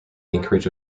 anchorage